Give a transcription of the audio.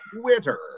Twitter